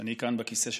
שאני כאן בכיסא שלו,